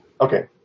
Okay